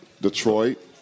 Detroit